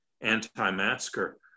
anti-masker